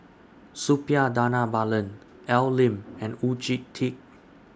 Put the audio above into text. Suppiah Dhanabalan Al Lim and Oon Jin Teik